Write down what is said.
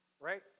right